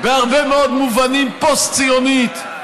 בהרבה מאוד מובנים פוסט-ציונית,